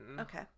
Okay